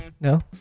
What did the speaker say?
no